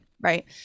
right